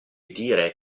dire